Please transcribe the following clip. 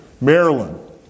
Maryland